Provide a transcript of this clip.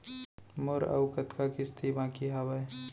मोर अऊ कतका किसती बाकी हवय?